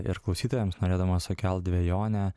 ir klausytojams norėdamas sukelt dvejonę